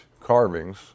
carvings